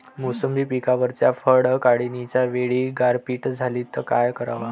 मोसंबी पिकावरच्या फळं काढनीच्या वेळी गारपीट झाली त काय कराव?